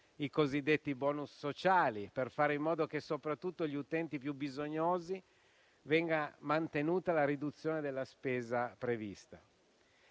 i cosiddetti *bonus* sociali, per fare in modo che soprattutto per gli utenti più bisognosi venga mantenuta la riduzione della spesa prevista.